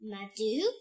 Madhu